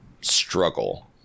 struggle